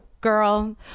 girl